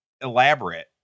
elaborate